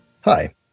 Hi